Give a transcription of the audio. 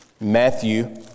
Matthew